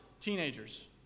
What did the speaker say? Teenagers